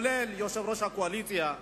גם מיושב-ראש הקואליציה,